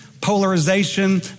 polarization